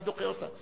אני דוחה אותה.